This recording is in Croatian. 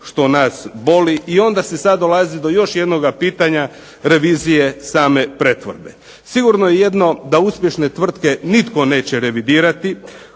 što nas boli. I onda se sad dolazi do još jednoga pitanja revizije same pretvorbe. Sigurno je jedno da uspješne tvrtke nitko neće revidirati,